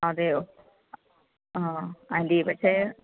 അതേയോ ആ ആൻറ്റീ പക്ഷേ